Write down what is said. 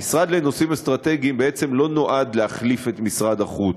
המשרד לנושאים אסטרטגיים לא נועד להחליף את משרד החוץ.